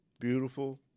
beautiful